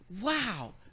wow